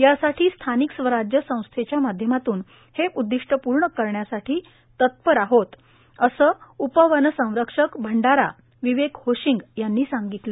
यासाठी स्थानिक स्वराज्य संस्थाच्या माध्यमातून हे उद्दिष्ट पूर्ण करण्यासाठी तत्पर आहेत असे उपवनसंरक्षक भंडारा विवेक होशिंग यांनी सांगितले